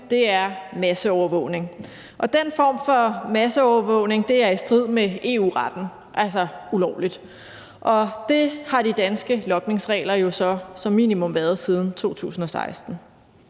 er masseovervågning. Og den form for masseovervågning er i strid med EU-retten, altså ulovligt. Det har de danske logningsregler jo så som minimum været siden 2016.